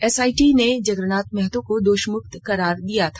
SIT ने जगरनाथ महतो को दोषमुक्त करार दिया था